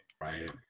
Right